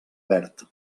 verd